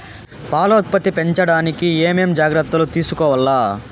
పాల ఉత్పత్తి పెంచడానికి ఏమేం జాగ్రత్తలు తీసుకోవల్ల?